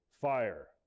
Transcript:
fire